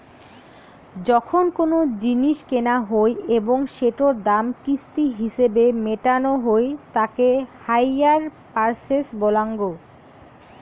যখন কোনো জিনিস কেনা হই এবং সেটোর দাম কিস্তি হিছেবে মেটানো হই তাকে হাইয়ার পারচেস বলাঙ্গ